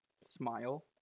Smile